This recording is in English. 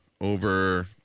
over